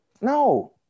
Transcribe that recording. no